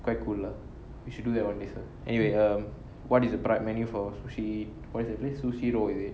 quite cool lah you should do that one day sir anyway um what is the menu for sushi what is it sushiro is it